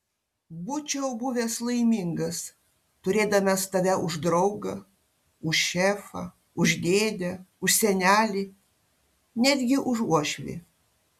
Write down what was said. būčiau buvęs laimingas turėdamas tave už draugą už šefą už dėdę už senelį netgi už uošvį